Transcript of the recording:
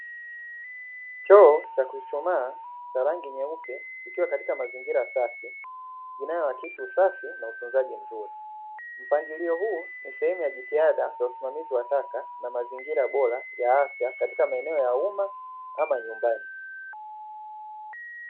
Choo cha kuchuchumaa cha rangi nyeupe, kikiwa katika mazingira safi inayohakisi usafi na utunzaji mzuri. Mpangilio huu ni sehemu ya jitihada za usimamizi wa taka na mazingira bora ya afya, katika maeneo ya umma ama nyumbani.